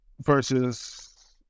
versus